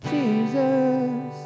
Jesus